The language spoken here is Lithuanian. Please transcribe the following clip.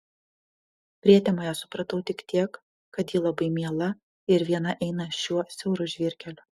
prietemoje supratau tik tiek kad ji labai miela ir viena eina šiuo siauru žvyrkeliu